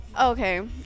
Okay